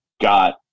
got